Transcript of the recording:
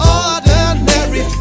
ordinary